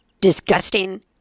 Disgusting